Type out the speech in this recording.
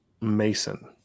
Mason